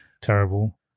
Terrible